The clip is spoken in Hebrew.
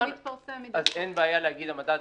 הוא מתפרסם מדי חודש.